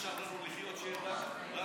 מה שנשאר לנו לחיות שיהיה רק,